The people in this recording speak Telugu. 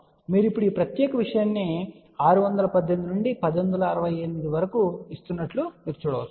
మీరు ఇప్పుడు ఈ ప్రత్యేకమైన విషయంని 618 నుండి 1068 వరకు ఇస్తున్నట్లు చూడవచ్చు